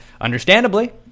understandably